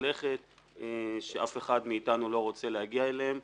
לכת שאף אחד מאתנו לא רוצה להגיע אליהם,